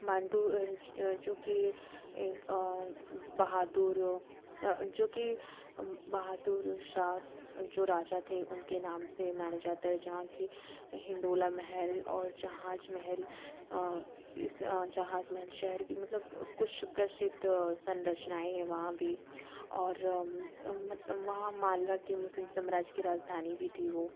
मांडू जो कि एक बहादुर जो कि बहादुर शाह जो राजा थे उनके नाम से माना जाता है जहाँ के हिंडोला महल और जहाज़ महल इस जहाज़ महल शहर के मतलब कुछ प्रसिद्ध संरचनाऍं हैं वहाँ भी और वहाँ मालवा के मुस्लिम साम्राज्य की राजधानी भी थी वो